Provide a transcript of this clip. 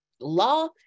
law